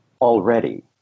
already